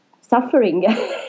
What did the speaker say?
suffering